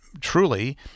truly